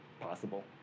possible